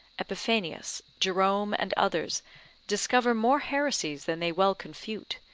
epiphanius, jerome, and others discover more heresies than they well confute,